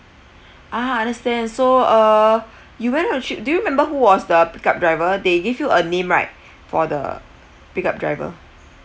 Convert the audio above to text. ah understand so uh you went on trip do you remember who was the pick up driver they give you a name right for the pick up driver